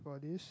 for this